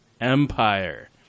empire